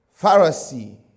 Pharisee